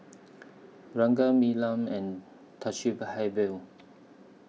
Ranga Neelam and Thamizhavel